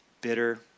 Bitter